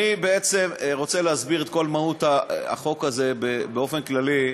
אני בעצם רוצה להסביר את כל מהות החוק הזה באופן כללי.